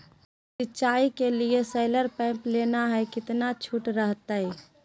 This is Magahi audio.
सिंचाई के लिए सोलर पंप लेना है कितना छुट रहतैय?